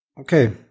Okay